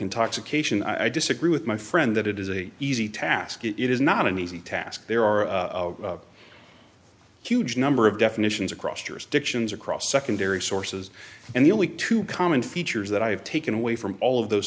intoxication i disagree with my friend that it is a easy task it is not an easy task there are huge number of definitions across jurisdictions across secondary sources and the only two common features that i have taken away from all of those